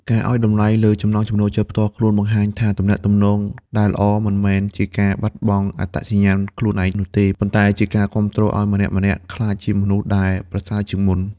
ការឱ្យតម្លៃលើ «ចំណូលចិត្តផ្ទាល់ខ្លួន» បង្ហាញថាទំនាក់ទំនងដែលល្អ មិនមែនជាការបាត់បង់អត្តសញ្ញាណខ្លួនឯងនោះទេ ប៉ុន្តែជាការគាំទ្រឱ្យម្នាក់ៗក្លាយជាមនុស្សដែលប្រសើរជាងមុន។